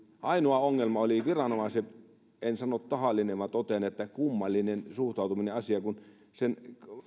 ainoa ongelma oli viranomaisen en sano tahallinen vaan totean että kummallinen suhtautuminen asiaan kun sen